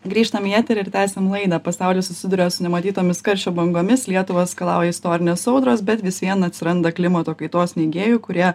grįžtam į eterį ir tęsiam laidą pasaulis susiduria su nematytomis karščio bangomis lietuvą skalauja istorinės audros bet vis vien atsiranda klimato kaitos neigėjų kurie